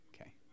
Okay